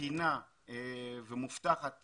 תקינה ומובטחת